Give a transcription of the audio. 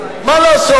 מה לעשות?